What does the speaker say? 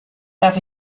darf